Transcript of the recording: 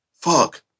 Fuck